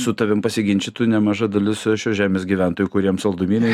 su tavim pasiginčytų nemaža dalis šios žemės gyventojų kuriems saldumynai